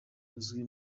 uzwi